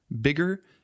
Bigger